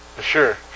Sure